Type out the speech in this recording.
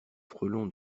frelon